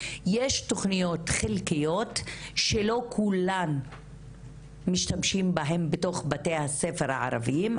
יש תוכניות חלקיות שלא כולם משתמשים בהן בתוך בתי הספר הערביים,